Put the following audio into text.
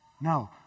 No